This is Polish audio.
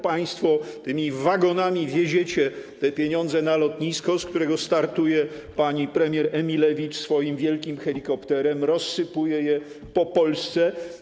Państwo tymi wagonami wieziecie te pieniądze na lotnisko, z którego startuje pani premier Emilewicz swoim wielkim helikopterem, rozsypuje je po Polsce.